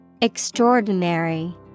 Extraordinary